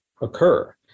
occur